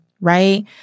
right